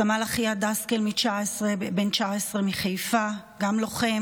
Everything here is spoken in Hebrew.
סמל אחיה דסקל, בן 19 מחיפה, גם לוחם